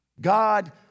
God